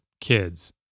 kids